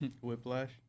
Whiplash